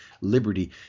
liberty